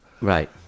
Right